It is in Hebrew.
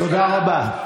תודה רבה.